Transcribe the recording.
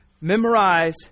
Memorize